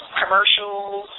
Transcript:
commercials